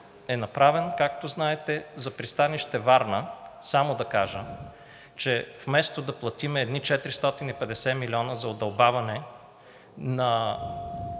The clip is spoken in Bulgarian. е направен. Както знаете, за пристанище Варна – само да кажа, че вместо да платим едни 450 млн. лв. за удълбаване на